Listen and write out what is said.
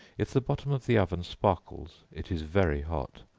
if the bottom of the oven sparkles, it is very hot,